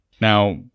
Now